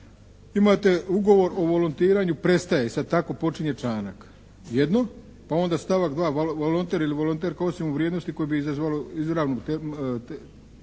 imate ugovor o volontiranju prestaje, e sada tako počinje članak jednog, pa onda stavak 2. volonter ili volonter …/Govornik se ne razumije./… koje bi izazvalo izravnu